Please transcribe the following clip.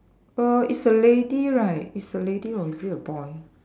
um it's a lady right it's a lady or is it a boy